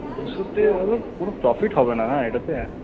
দুশোতে ধর কোনো প্রফিট হবেনা না এইটাতে